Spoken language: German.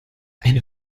eine